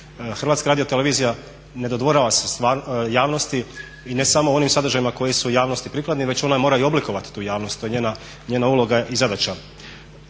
okolnostima. HRT ne dodvorava se javnosti i ne samo onim sadržajima koji su u javnosti prikladni već ona mora i oblikovati tu javnost. To je njena uloga i zadaća.